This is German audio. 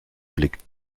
blick